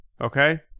Okay